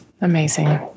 Amazing